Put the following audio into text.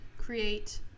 create